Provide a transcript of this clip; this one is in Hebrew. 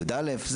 י"א.